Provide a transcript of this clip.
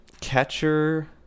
Catcher